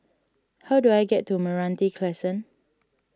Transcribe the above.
how do I get to Meranti Crescent